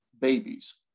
babies